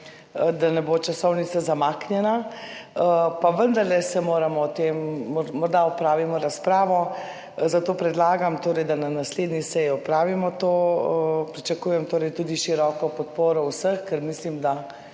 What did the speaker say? tudi ne bo časovnica zamaknjena, pa vendarle o tem morda opravimo razpravo. Zato predlagam, da na naslednji seji opravimo to. Pričakujem tudi široko podporo vseh, ker mislim, da